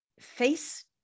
face